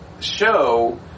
show